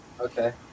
Okay